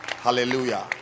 hallelujah